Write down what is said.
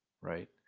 right